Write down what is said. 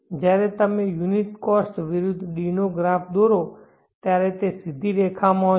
જ્યારે તમે unit cost વિરુદ્ધ d નો ગ્રાફ દોરો ત્યારે તે સીધી રેખા હશે